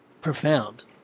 profound